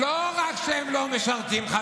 זאת תשובת הממשלה?